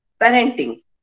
parenting